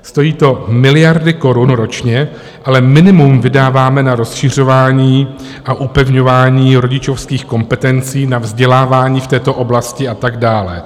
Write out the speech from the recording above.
Stojí to miliardy korun ročně, ale minimum vydáváme na rozšiřování a upevňování rodičovských kompetencí, na vzdělávání v této oblasti a tak dále.